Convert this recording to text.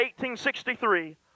1863